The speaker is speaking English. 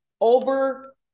over